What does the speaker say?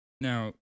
Now